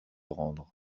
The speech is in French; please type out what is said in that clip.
rendre